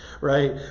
right